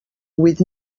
huit